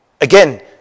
Again